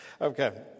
Okay